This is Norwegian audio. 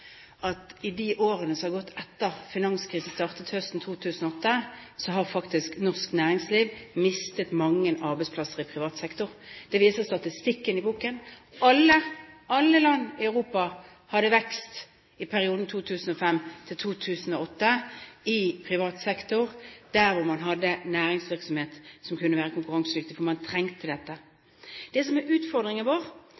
at i de årene som er gått etter at finanskrisen startet høsten 2008, så har faktisk norsk næringsliv mistet mange arbeidsplasser i privat sektor. Det viser statistikken. Alle land i Europa hadde vekst i perioden 2005–2008 i privat sektor, der man hadde næringsvirksomhet som kunne være konkurransedyktig, for man trengte dette.